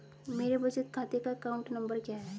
मेरे बचत खाते का अकाउंट नंबर क्या है?